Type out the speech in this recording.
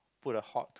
put a halt